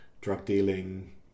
drug-dealing